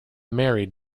married